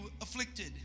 afflicted